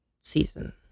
season